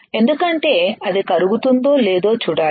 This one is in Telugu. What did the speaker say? ఎందుకంటే అది కరుగుతుందో లేదో చూడాలి